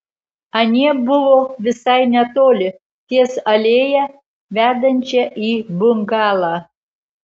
anie buvo visai netoli ties alėja vedančia į bungalą